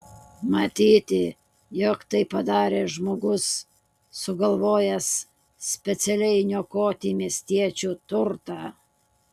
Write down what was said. matyti jog tai padarė žmogus sugalvojęs specialiai niokoti miestiečių turtą